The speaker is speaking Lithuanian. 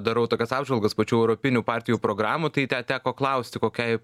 darau tokias apžvalgas pačių europinių partijų programų tai teko klausti kokiai